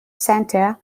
center